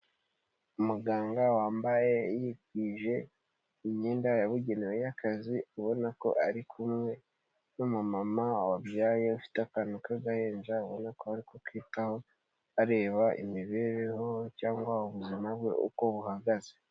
Umuganga wambaye yikwije, imyenda yabugenewe y'akazi ubona ko ari kumwe n'umumama wabyaye ufite akana k'agahinja. Ubona ko ari kukitaho, areba imibereho cyangwa ubuzima bwe uko buhagaze.